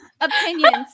Opinions